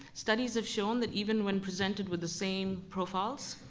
studies have shown that even when presented with the same profiles,